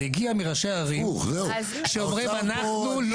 זה הגיע מראשי הערים שאומרים אנחנו לא